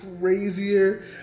crazier